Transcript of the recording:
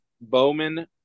Bowman